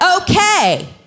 okay